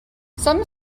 some